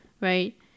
right